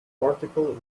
article